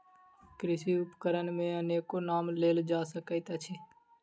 कृषि उपकरण मे अनेको नाम लेल जा सकैत अछि